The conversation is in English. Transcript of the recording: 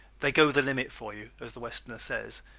they go the limit for you, as the westerner says,